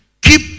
keep